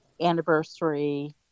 anniversary